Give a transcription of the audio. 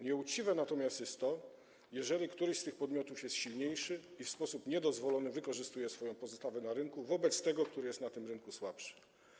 Nieuczciwa natomiast jest sytuacja, kiedy któryś z tych podmiotów jest silniejszy i w sposób niedozwolony wykorzystuje swoją postawę na rynku wobec tego, który jest na tym rynku słabszy.